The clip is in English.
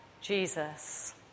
Jesus